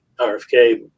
rfk